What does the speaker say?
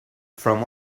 from